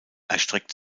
erstreckt